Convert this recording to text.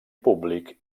públic